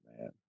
man